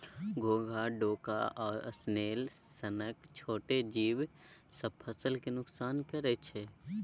घोघा, डोका आ स्नेल सनक छोट जीब सब फसल केँ नोकसान करय छै